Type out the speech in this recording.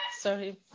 Sorry